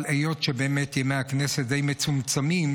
אבל היות שבאמת ימי הכנסת די מצומצמים,